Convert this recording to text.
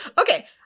Okay